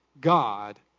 God